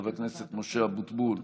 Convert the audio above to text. חבר הכנסת אוסאמה סעדי,